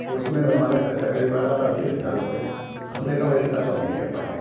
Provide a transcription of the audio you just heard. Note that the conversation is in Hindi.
तो उस समय हमारा खर्चा करीब आ रहा था अस्सी हज़ार रुपये तो हमने कहा इतना तो हम नहीं कर पाएँगे